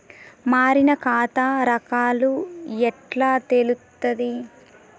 మారిన ఖాతా రకాలు ఎట్లా తెలుత్తది?